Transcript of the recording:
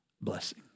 blessing